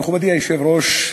מכובדי היושב-ראש,